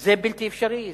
זה בלתי אפשרי.